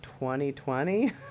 2020